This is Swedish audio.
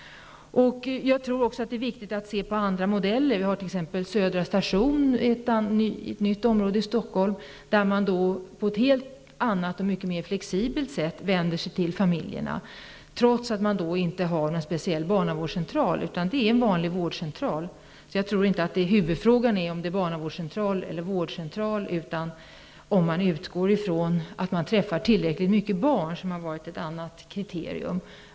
Jag tror också att det är viktigt att se på andra modeller. Södra station är ett nytt område i Stockholm där man på ett helt annat och mycket mera flexibelt sätt vänder sig till familjerna, trots att man inte har någon speciell barnavårdscentral. Det är en vanlig vårdcentral. Huvudfrågan är nog inte om man skall ha barnavårdscentral eller vårdcentral utan om man utgår ifrån att man träffar tillräckligt många barn, vilket har varit ett annat kriterium.